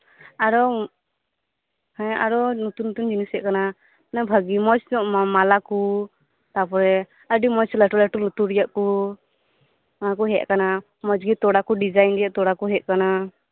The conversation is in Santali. ᱟᱨᱦᱚᱸ ᱦᱮᱸ ᱟᱨᱦᱚᱸ ᱱᱚᱛᱩᱱ ᱱᱚᱛᱩᱱ ᱡᱤᱱᱤᱥ ᱦᱮᱡ ᱟᱠᱟᱱᱟ ᱚᱱᱮ ᱵᱷᱟᱜᱮ ᱢᱚᱸᱡᱽ ᱧᱚᱜ ᱢᱟᱞᱟᱠᱚ ᱛᱟᱯᱚᱨᱮ ᱟᱹᱰᱤ ᱢᱚᱸᱡᱽ ᱞᱟᱹᱴᱩ ᱞᱟᱹᱴᱩ ᱞᱩᱛᱩᱨ ᱨᱮᱭᱟᱜ ᱠᱚ ᱚᱱᱟᱠᱚ ᱦᱮᱡ ᱟᱠᱟᱱᱟ ᱢᱚᱸᱡᱽᱜᱮ ᱛᱚᱲᱟᱠᱚ ᱰᱤᱡᱟᱭᱤᱱ ᱨᱮᱭᱟᱜ ᱛᱚᱲᱟᱠᱚ ᱦᱮᱡ ᱟᱠᱟᱱᱟ